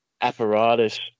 apparatus